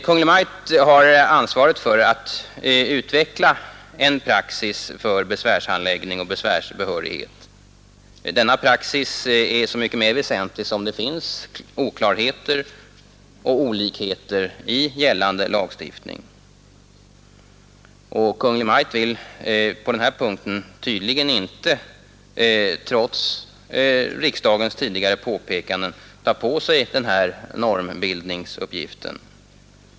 Kungl. Maj:t har ansvaret för att utveckla en praxis för besvärshandläggning och besvärsbehörighet. Denna praxis är så mycket mer väsentlig som det finns oklarheter och olikheter i gällande lagstiftning. Kungl. Maj:t vill på den här punkten tydligen inte, trots riksdagens tidigare påpekanden, ta på sig normbildningsuppgiften.